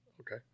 Okay